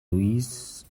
louis